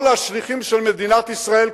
כל השליחים של מדינת ישראל,